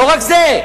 לא רק זה,